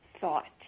thought